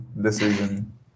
decision